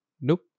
Nope